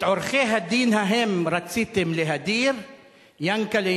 את עורכי-הדין ההם רציתם להדיר / יענקל'ה,